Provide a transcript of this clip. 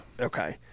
Okay